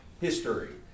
history